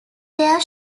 their